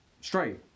Straight